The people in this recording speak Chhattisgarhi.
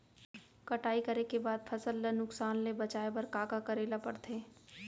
कटाई करे के बाद फसल ल नुकसान ले बचाये बर का का करे ल पड़थे?